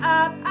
up